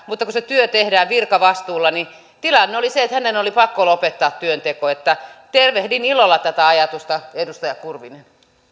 mutta kun se työ tehdään virkavastuulla niin tilanne oli se että hänen oli pakko lopettaa työnteko eli tervehdin ilolla tätä ajatusta edustaja kurvinen